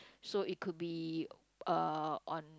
so it could be uh on